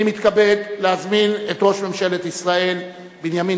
אני מתכבד להזמין את ראש ממשלת ישראל בנימין